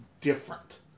different